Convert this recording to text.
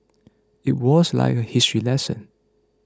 it was like a history lesson